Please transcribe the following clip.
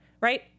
right